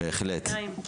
בהחלט.